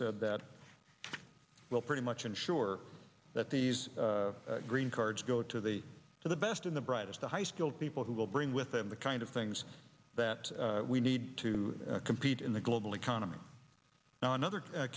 said that will pretty much ensure that these green cards go to the to the best when the brightest the high skilled people who will bring with them the kind of things that we need to compete in the global economy now another